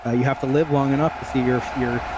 ah you have to live long enough to see your fear,